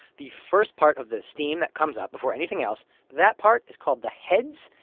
the first part of the steam that comes up before anything else that part is called the heads.